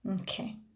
Okay